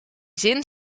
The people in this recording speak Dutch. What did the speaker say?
zin